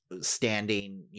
standing